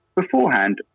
beforehand